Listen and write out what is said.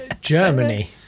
Germany